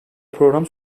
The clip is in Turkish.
program